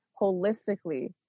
holistically